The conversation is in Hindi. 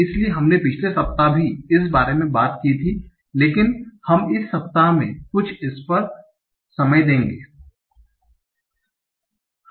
इसलिए हमने पिछले सप्ताह भी इस बारे में बात की थी लेकिन हम इस सप्ताह में इस पर कुछ समय देंगे